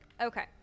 Okay